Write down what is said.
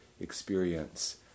experience